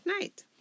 night